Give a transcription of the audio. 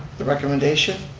the recommendation.